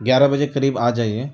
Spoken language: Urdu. گیارہ بجے کے قریب آ جائیے